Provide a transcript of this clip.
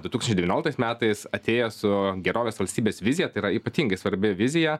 du tūkstančiai devynioliktais metais atėjo su gerovės valstybės vizija tai yra ypatingai svarbi vizija